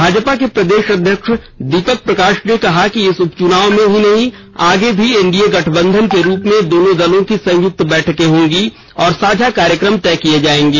भाजपा के प्रदेश अध्यक्ष दीपक प्रकाश ने कहा कि कि इस उपच्नाव में ही नहीं आगे भी एनडीए गठबंधन के रूप में दोनों दलों की संयुक्त बैठकें होंगी और साझा कार्यक्रम तय किए जाएंगे